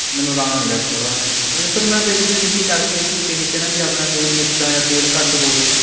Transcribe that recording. ਮੈਨੂੰ ਆਰਾਮ ਮਿਲਿਆ ਥੋੜ੍ਹਾ ਤੁਸੀਂ ਸਰ ਮੈਂ ਪਹਿਲੀ ਬੇਨਤੀ ਕਰਕੇ ਇਹ ਚੀਜ਼ ਕਹੀ ਸੀ ਨਾ ਵੀ ਆਪਣਾ ਨੂਣ ਮਿਰਚਾਂ ਜਾਂ ਤੇਲ ਘੱਟ ਹੋਵੇ